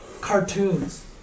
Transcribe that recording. cartoons